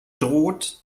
droht